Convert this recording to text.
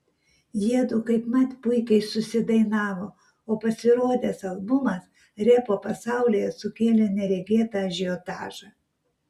jiedu kaipmat puikiai susidainavo o pasirodęs albumas repo pasaulyje sukėlė neregėtą ažiotažą